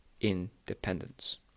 independence